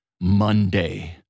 Monday